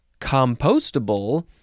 compostable